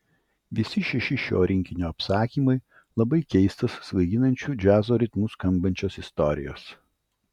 visi šeši šio rinkinio apsakymai labai keistos svaiginančiu džiazo ritmu skambančios istorijos